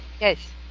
Yes